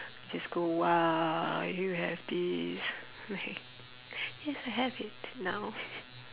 just go !wah! you have this like yes I have it now